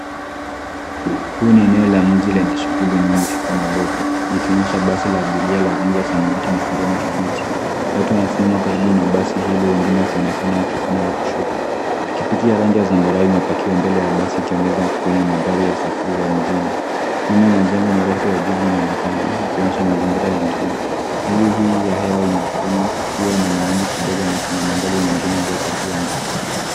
Huu ni eneo la mji lenye shughuli nyingi hapa Nairobi, likionyesha basi la abiria la rangi ya samawati na kijani kibichi. Watu wanasimama karibu na basi hilo, wengine wakionekana wakipanda na kushuka. Pikipiki ya rangi ya zambarau imepakiwa mbele ya basi ikiongeza kwenye magari ya usafiri wa mjini. Nyuma majengo marefu ya jiji inaonekana, yakionyesha mazingira ya mjini. Hali hii ya hewa inaonekana kuwa na mawingu kidogo, na kuna magari mengine yaliyopakiwa mbali.